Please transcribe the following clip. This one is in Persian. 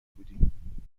بودیم